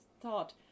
thought